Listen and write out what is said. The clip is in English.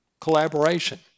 collaboration